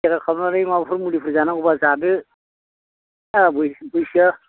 सेकाप खालामनानै माबाफोर मुलिफोर जानांगौबा जादो थाखा फै फैसाआ